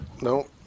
no